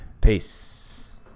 Peace